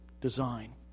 design